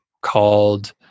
called